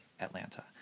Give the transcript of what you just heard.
Atlanta